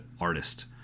artist